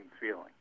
feeling